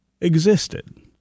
existed